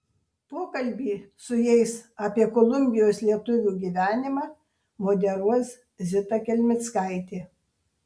pokalbį su jais apie kolumbijos lietuvių gyvenimą moderuos zita kelmickaitė